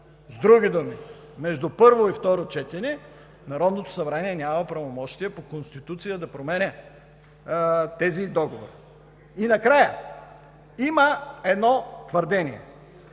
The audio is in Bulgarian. С други думи: между първо и второ четене Народното събрание няма правомощия по Конституция да променя тези договори. И накрая има едно твърдение: